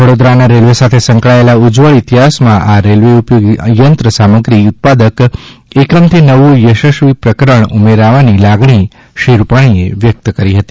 વડોદરાના રેલવે સાથે સંકળાયેલા ઉજ્જળ ઇતિહાસમાં આ રેલવે ઉપયોગી યંત્ર સામગ્રી ઉત્પાદક એકમથી નવું યશસ્વી પ્રકરણ ઉમેરવાની લાગણી શ્રી રૂપાણીએ વ્યક્ત કરી હતી